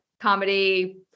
comedy